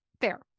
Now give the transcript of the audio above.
fair